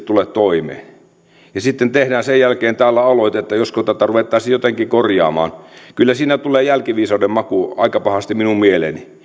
tule toimeen sitten sen jälkeen tehdään täällä aloite että josko tätä ruvettaisiin jotenkin korjaamaan kyllä siinä tulee jälkiviisauden maku aika pahasti minun mieleeni